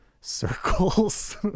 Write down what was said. circles